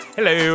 Hello